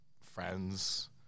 friends